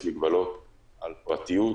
יש מגבלות על פרטיות,